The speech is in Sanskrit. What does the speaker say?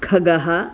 खगः